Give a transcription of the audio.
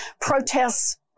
Protests